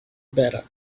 better